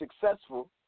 successful